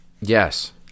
Yes